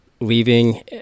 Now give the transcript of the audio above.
leaving